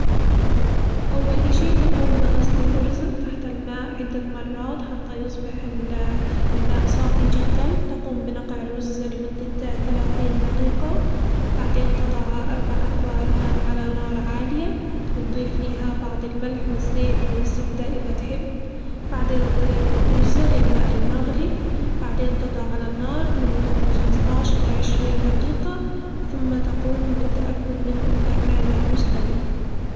أول إشي تقوم بغسل الأرز تحت الماء عدة مرات حتى يصبح ال الماء صافي جدًا، تقوم بنقع الرز لمدة ثلاثين دقيقة بعدين تضع أربع أكواب ماء على نار عالية وتضيف ليها بعض الملح والزيت أو الزبدة إذا تحب بعدين اتضيف الأرز للماء المغلي، بعدين تضع على النار لمدة من خمستاش إلى عشرين دقيقة ثم تقوم بالتأكد منه إذا كان مستوي.